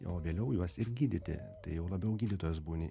o vėliau juos ir gydyti tai jau labiau gydytojas būni